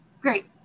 Great